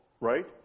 right